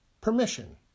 Permission